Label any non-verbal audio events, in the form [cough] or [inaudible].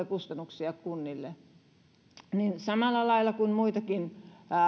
[unintelligible] kustannuksia kunnille niin samalla lailla kuin muitakin